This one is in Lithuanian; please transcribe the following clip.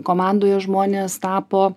komandoje žmonės tapo